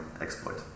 exploit